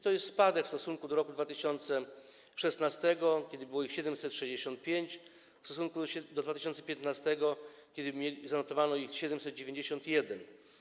To jest spadek w stosunku do roku 2016, kiedy było ich 765, i w stosunku do roku 2015, kiedy zanotowano ich 791.